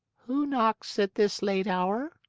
who knocks at this late hour?